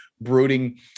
brooding